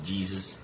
Jesus